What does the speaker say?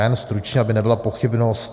Já jen stručně, aby nebyla pochybnost.